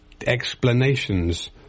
explanations